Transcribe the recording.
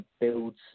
builds